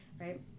right